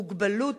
מוגבלות,